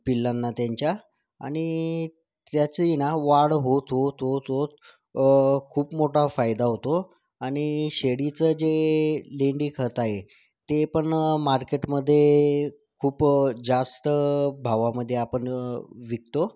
पिल्लांना त्यांच्या आणि त्याचेही ना वाढ होत होत होत होत खूप मोठा फायदा होतो आणि शेळीचं जे लेंडीखत आहे ते पण मार्केटमध्ये खूप जास्त भावामध्ये आपण विकतो